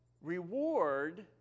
reward